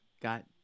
got